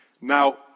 Now